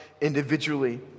individually